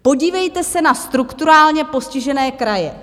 Podívejte se na strukturálně postižené kraje.